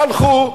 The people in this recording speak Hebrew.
הלכו,